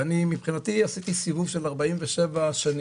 ואני מבחינתי עשיתי סיבוב של 47 שנים.